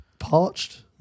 parched